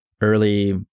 early